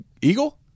eagle